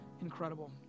incredible